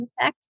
effect